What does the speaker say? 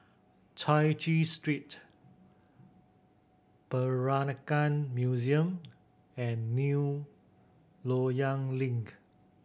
Chai Chee Street Peranakan Museum and New Loyang Link